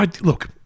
Look